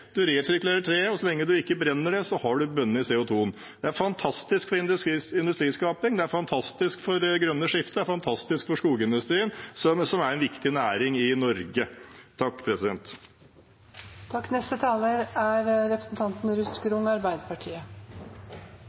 og så lenge en ikke brenner det, har en bundet CO 2 . Det er fantastisk for industriskaping, det er fantastisk for det grønne skiftet, og det er fantastisk for skogindustrien, som er en viktig næring i Norge.